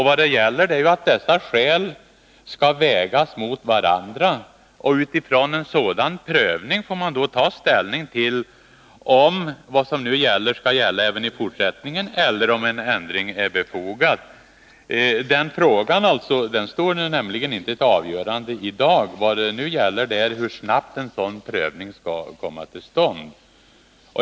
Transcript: Vad det gäller är att dessa skäl skall vägas mot varandra. Utifrån en sådan prövning får man ta ställning till om det som nu gäller skall gälla även i fortsättningen, eller om en ändring är befogad. Den frågan står inte till avgörande i dag. Vad det nu handlar om är hur snabbt en sådan prövning skall komma till stånd.